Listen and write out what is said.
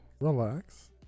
Relax